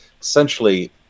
essentially